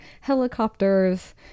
helicopters